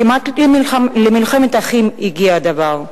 כמעט למלחמת אחים הגיע הדבר.